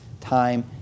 time